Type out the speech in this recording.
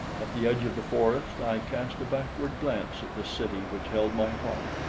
at the edge of the forest i cast a backward glance at the city which held my heart,